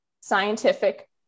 scientific